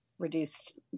reduced